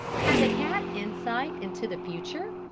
has a cat insight into the future?